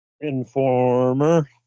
Informer